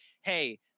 hey